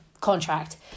contract